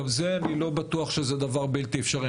אני לא חושב שזה בלתי-אפשרי.